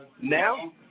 now